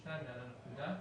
התשל"ב-1972 (להלן הפקודה),